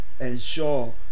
ensure